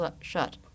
shut